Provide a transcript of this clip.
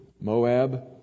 Moab